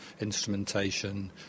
instrumentation